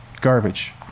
garbage